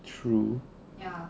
true